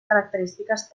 característiques